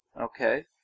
Okay